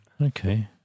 Okay